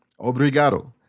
Obrigado